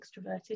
extroverted